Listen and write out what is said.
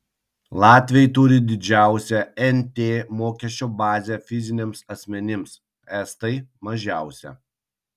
latviai turi didžiausią nt mokesčio bazę fiziniams asmenims estai mažiausią